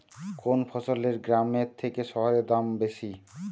কোন ফসলের গ্রামের থেকে শহরে দাম বেশি?